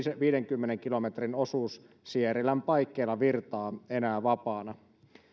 viidenkymmenen kilometrin osuus sierilän paikkeilla virtaa enää vapaana